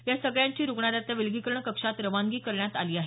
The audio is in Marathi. या सगळ्यांची रुग्णालयातल्या विलगीकरण कक्षात रवानगी करण्यात आली आहे